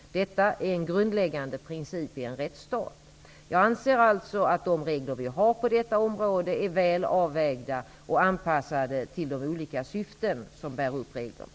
Detta är en grundläggande princip i en rättsstat. Jag anser alltså att de regler vi har på detta område är väl avvägda och anpassade till de olika syften som bär upp reglerna.